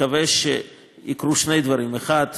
מקווה שיקרו שני דברים: האחד,